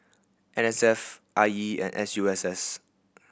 N S F I E and S U S S